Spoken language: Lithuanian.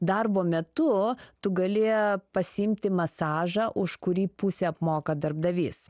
darbo metu tu gali pasiimti masažą už kurį pusę apmoka darbdavys